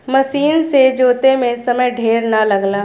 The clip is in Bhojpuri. मसीन से जोते में समय ढेर ना लगला